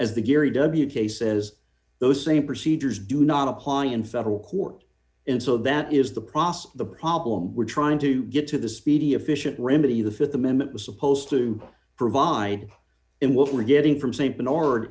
as the gary wu cases those same procedures do not apply in federal court and so that is the process the problem we're trying to get to the speedy efficient rimini the th amendment was supposed to provide in what we're getting from st bernard